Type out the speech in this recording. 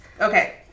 Okay